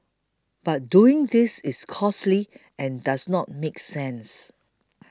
but doing this is costly and does not make sense